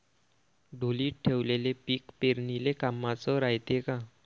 ढोलीत ठेवलेलं पीक पेरनीले कामाचं रायते का?